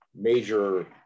major